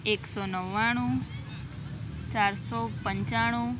એકસો નવ્વાણું ચારસો પંચાણું